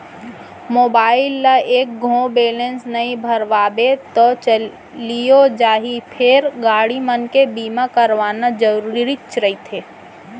mobile ल एक घौं बैलेंस नइ भरवाबे तौ चलियो जाही फेर गाड़ी मन के बीमा करवाना जरूरीच रथे